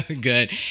Good